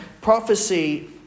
prophecy